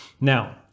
Now